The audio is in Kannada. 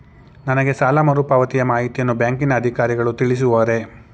ನನಗೆ ಸಾಲ ಮರುಪಾವತಿಯ ಮಾಹಿತಿಯನ್ನು ಬ್ಯಾಂಕಿನ ಅಧಿಕಾರಿಗಳು ತಿಳಿಸುವರೇ?